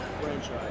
franchise